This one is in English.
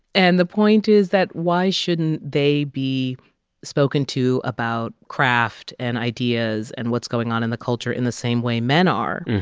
and the point is that, why shouldn't they be spoken to about craft and ideas and what's going on in the culture in the same way men are?